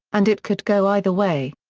and it could go either way.